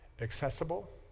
accessible